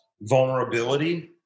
vulnerability